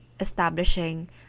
establishing